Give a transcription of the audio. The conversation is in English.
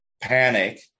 panic